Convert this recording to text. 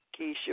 Keisha